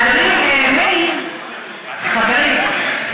אדוני, מאיר, חברי,